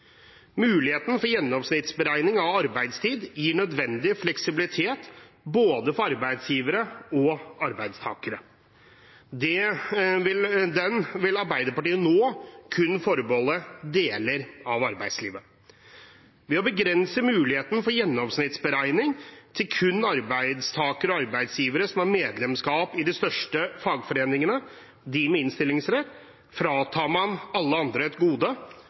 Muligheten for gjennomsnittsberegning av arbeidstid gir nødvendig fleksibilitet for både arbeidsgivere og arbeidstakere. Den vil Arbeiderpartiet nå kun forbeholde deler av arbeidslivet. Ved å begrense muligheten for gjennomsnittsberegning til kun arbeidstakere og arbeidsgivere som har medlemskap i de største fagforeningene, dem med innstillingsrett, fratar man alle andre et gode,